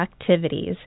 activities